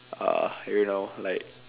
uh you know like